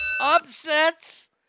upsets